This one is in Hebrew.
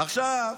עכשיו,